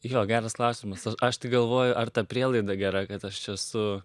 jo geras klausimas aš aš tai galvoju ar ta prielaida gera kad aš čia esu